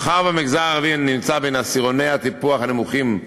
מאחר שהמגזר הערבי נמצא בין עשירוני הטיפוח הנמוכים,